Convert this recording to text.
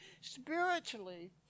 spiritually